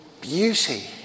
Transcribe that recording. beauty